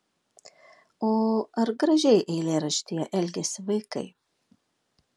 o ar gražiai eilėraštyje elgiasi vaikai